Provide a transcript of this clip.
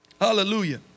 Hallelujah